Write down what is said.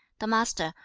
the master,